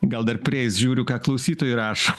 gal dar prieis žiūriu ką klausytojai rašo